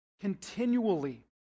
continually